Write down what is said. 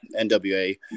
NWA